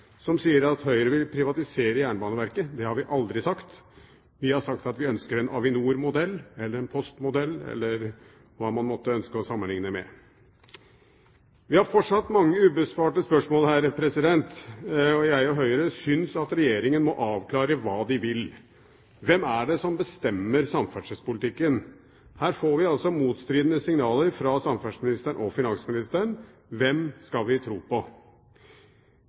som sier at Høyre vil privatisere Jernbaneverket. Det har vi aldri sagt. Vi har sagt at vi ønsker en Avinor-modell eller en Posten-modell – eller hva man måtte ønske å sammenligne med. Vi har fortsatt mange ubesvarte spørsmål, og jeg og Høyre syns at Regjeringen må avklare hva de vil. Hvem er det som bestemmer samferdselspolitikken? Her får vi altså motstridende signaler fra samferdselsministeren og finansministeren. Hvem skal vi tro på?